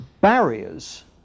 barriers